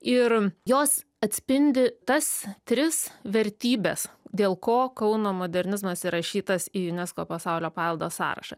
ir jos atspindi tas tris vertybes dėl ko kauno modernizmas įrašytas į unesco pasaulio paveldo sąrašą